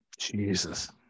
Jesus